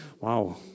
Wow